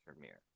mirror